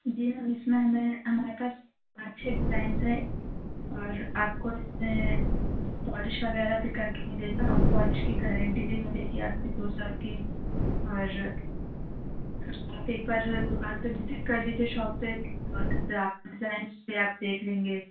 جی ma'am اِس میں ہمیں امارکس پانچ چھ ڈیزاینس ہیں اور آپ کو اِس میں پالش وغیرہ بھی کر کے ملے گا اور پالش کی گارنٹی بھی ملے گی آپ کی دو سال کی اور آپ ایک بار دُکان پہ ویزٹ کر لیجیے شاپ پہ جس سے آپ ڈیزاینس بھی آپ دیکھ لیں گے